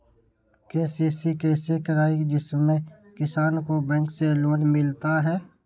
KCC कैसे कराये जिसमे किसान को बैंक से लोन मिलता है?